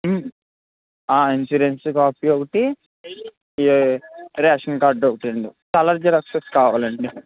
insurance copy ఒకటి ration card ఒకటండి colour Xerox కావాలండి